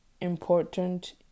important